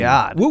God